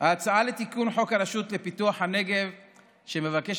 ההצעה לתיקון חוק הרשות לפיתוח הנגב מבקשת